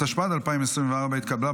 התשפ"ד 2024, נתקבל.